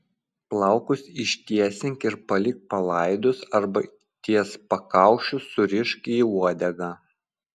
plaukus ištiesink ir palik palaidus arba ties pakaušiu surišk į uodegą